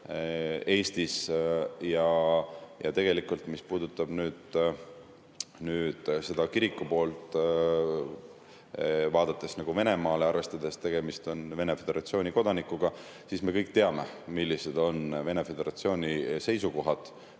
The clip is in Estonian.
Eestis. Ja tegelikult, mis puudutab nüüd kiriku poolt, vaadates Venemaale ja arvestades, et tegemist on Venemaa Föderatsiooni kodanikuga, siis me kõik teame, millised on Vene föderatsiooni seisukohad